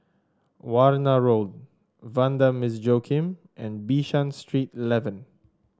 Warna Road Vanda Miss Joaquim and Bishan Street Eleven